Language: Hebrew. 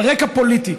על רקע פוליטי.